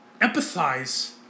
empathize